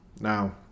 Now